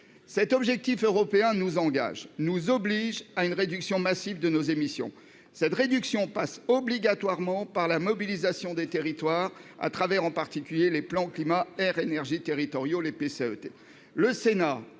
Cet objectif européen nous engage et nous oblige à une réduction massive de nos émissions. Cette réduction passe nécessairement par la mobilisation des territoires, en particulier au travers des plans climat-air-énergie territoriaux, les PCAET.